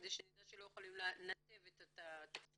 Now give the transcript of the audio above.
כדי שנדע שלא יכולים לנתב את התקציב